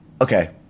Okay